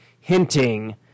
hinting